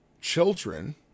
children